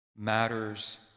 Matters